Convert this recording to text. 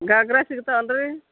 ಘಾಗ್ರಾ ಸಿಗ್ತಾವಲ್ಲ ರೀ